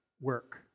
work